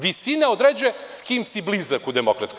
Visina određuje sa kim si blizak u DS.